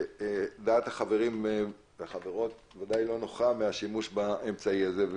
שדעת החברים והחברות ודאי לא נוחה מהשימוש באמצעי הזה,